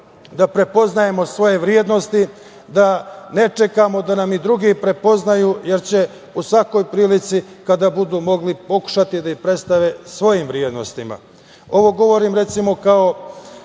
da prepoznajemo svoje vrednosti, da ne čekamo da nam ih drugi prepoznaju, jer će u svakoj prilici kada budu mogli pokušati da ih predstave svojim vrednostima. Ovo govorim, a kao